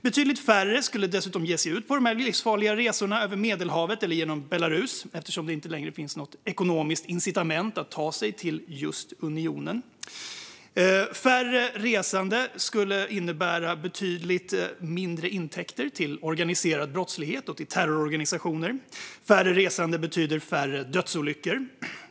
Betydligt färre skulle dessutom ge sig ut på dessa livsfarliga resor över Medelhavet eller genom Belarus eftersom det inte längre finns något ekonomiskt incitament att ta sig till just unionen. Färre resande skulle innebära betydligt mindre intäkter till organiserad brottslighet och terrororganisationer. Färre resande betyder färre dödsolyckor.